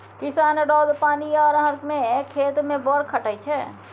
किसान रौद, पानि आ अन्हर मे खेत मे बड़ खटय छै